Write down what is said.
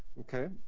Okay